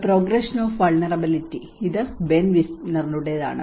the progression of vulnerability ഇത് Ben വിസ്നറുടെതാണ്